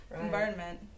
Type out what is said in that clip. environment